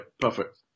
perfect